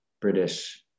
British